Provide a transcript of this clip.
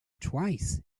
twice